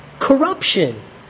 corruption